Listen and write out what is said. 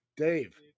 Dave